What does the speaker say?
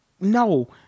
no